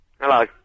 Hello